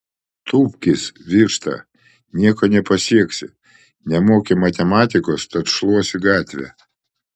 tūpkis višta nieko nepasieksi nemoki matematikos tad šluosi gatvę